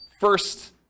first